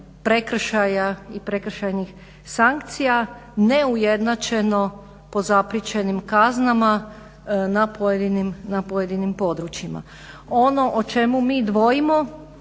prekršaja i prekršajnih sankcija, neujednačeno po …/Govornik se ne razumije./… kaznama na pojedinim područjima. Ono o čemu mi dvojimo